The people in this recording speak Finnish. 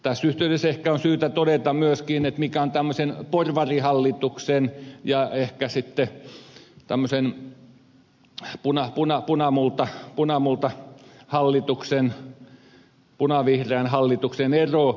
tässä yhteydessä ehkä on syytä todeta myöskin mikä on tämmöisen porvarihallituksen ja ehkä sitten tämmöisen punamultahallituksen punavihreän hallituksen ero